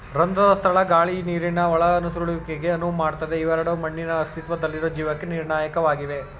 ರಂಧ್ರದ ಸ್ಥಳ ಗಾಳಿ ನೀರಿನ ಒಳನುಸುಳುವಿಕೆಗೆ ಅನುವು ಮಾಡ್ತದೆ ಇವೆರಡೂ ಮಣ್ಣಿನ ಅಸ್ತಿತ್ವದಲ್ಲಿರೊ ಜೀವಕ್ಕೆ ನಿರ್ಣಾಯಕವಾಗಿವೆ